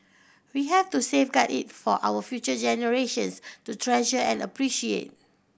we have to safeguard it for our future generations to treasure and appreciate